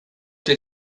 did